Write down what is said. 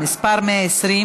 העבודה,